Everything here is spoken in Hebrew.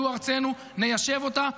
זו ארצנו, ניישב אותה.